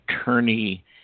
attorney